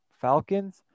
Falcons